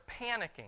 panicking